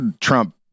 trump